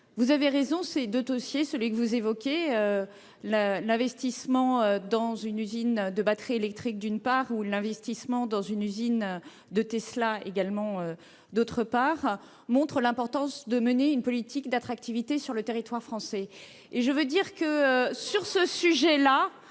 vous avez raison, les deux dossiers que vous évoquez, l'investissement dans une usine de batteries électriques, d'une part, ou l'investissement dans une usine de Tesla, d'autre part, montrent l'importance de mener une politique d'attractivité sur le territoire français. En termes d'attraction des projets